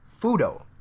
Fudo